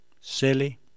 silly